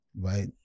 right